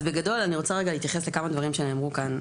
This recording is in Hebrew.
אז בגדול אני רוצה רגע להתייחס לכמה דברים שנאמרו כאן,